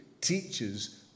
teaches